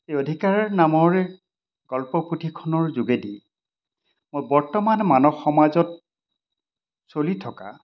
এই অধিকাৰ নামৰ গল্প পুথিখনৰ যোগেদি মই বৰ্তমান মানৱ সমাজত চলি থকা